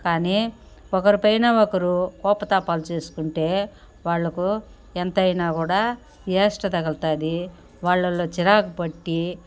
కానీ ఒకరి పైన ఒకరు కోపతాపాలు చేసుకుంటే వాళ్లకు ఎంతైనా కూడా యాస్ట్ తగులుతాది వాళ్లలో చిరాకు పట్టి